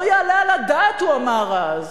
לא יעלה על הדעת, הוא אמר אז.